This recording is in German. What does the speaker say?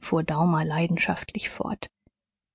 fuhr daumer leidenschaftlich fort